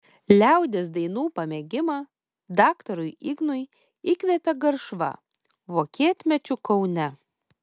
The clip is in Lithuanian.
liaudies dainų pamėgimą daktarui ignui įkvėpė garšva vokietmečiu kaune